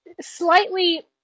slightly